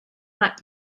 black